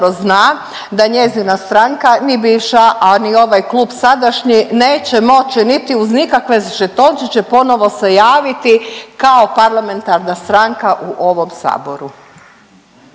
zna da njezina stranka ni bivša, a ni ovaj klub sadašnji neće moći niti uz nikakve žetončiće ponovo se javiti kao parlamentarna stranka u ovom Saboru.